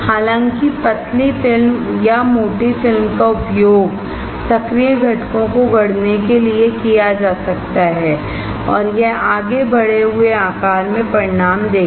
हालांकि पतली फिल्म या मोटी फिल्म का उपयोग सक्रिय घटकों को गढ़ने के लिए किया जा सकता है और यह आगे बढ़े हुए आकार में परिणाम देगा